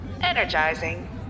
Energizing